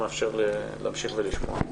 מאפשר להמשיך ולשמוע.